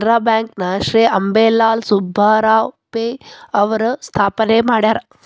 Canara bank ನ ಶ್ರೇ ಅಂಬೇಲಾಲ್ ಸುಬ್ಬರಾವ್ ಪೈ ಅವರು ಸ್ಥಾಪನೆ ಮಾಡ್ಯಾರ